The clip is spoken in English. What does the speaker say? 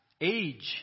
age